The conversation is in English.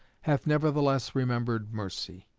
hath nevertheless remembered mercy.